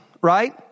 right